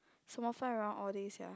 some more fly around all day sia